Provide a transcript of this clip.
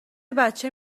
بچه